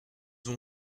ont